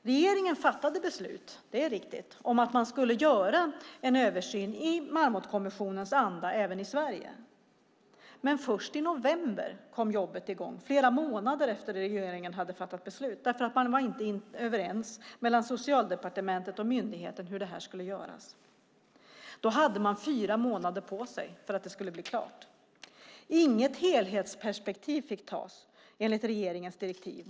Regeringen fattade beslut, det är riktigt, om att man skulle göra en översyn i Marmotkommissionens anda även i Sverige. Men först i november kom jobbet i gång, flera månader efter att regeringen hade fattat beslut, därför att Socialdepartementet och myndigheten inte var överens om hur det skulle göras. Då hade man fyra månader på sig att göra det klart. Inget helhetsperspektiv fick tas enligt regeringens direktiv.